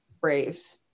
Braves